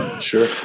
Sure